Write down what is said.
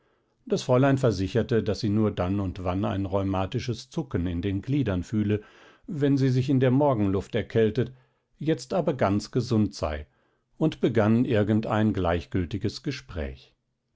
das fräulein versicherte daß sie nur dann und wann ein rheumatisches zucken in den gliedern fühle wenn sie sich in der morgenluft erkältet jetzt aber ganz gesund sei und begann irgendein gleichgültiges gespräch